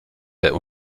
der